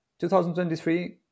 2023